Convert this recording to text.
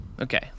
Okay